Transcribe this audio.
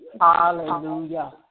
Hallelujah